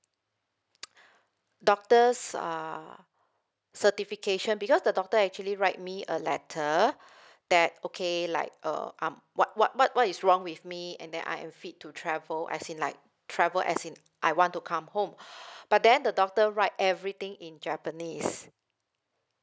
doctor's uh certification because the doctor actually write me a letter that okay like uh um what what what what is wrong with me and that I am fit to travel as in like travel as in I want to come home but then the doctor write everything in japanese